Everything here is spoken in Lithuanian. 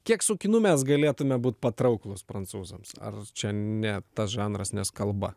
kiek su kinu mes galėtumėme būti patrauklūs prancūzams ar čia ne tas žanras nes kalba